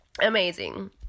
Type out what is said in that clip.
Amazing